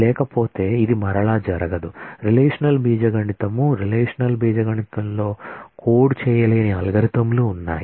లేకపోతే ఇది మరలా జరగదు రిలేషనల్ ఆల్జీబ్రా రిలేషనల్ ఆల్జీబ్రాలో కోడ్ చేయలేని అల్గోరిథంలు ఉన్నాయి